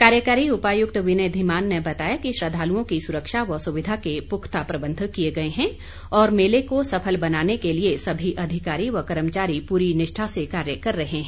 कार्यकारी उपायुक्त विनय धीमान ने बताया कि श्रद्वालुओं की सुरक्षा व सुविधा के प्रख्ता प्रबंध किये गए हैं और मेले को सफल बनाने के लिए सभी अधिकारी व कर्मचारी प्ररी निष्ठा से कार्य कर रहे हैं